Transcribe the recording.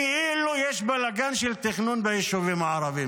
כאילו יש בלגן של תכנון ביישובים הערביים.